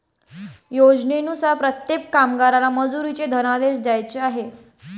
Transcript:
योजनेनुसार प्रत्येक कामगाराला मजुरीचे धनादेश द्यायचे आहेत